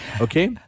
Okay